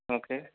okay